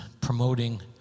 promoting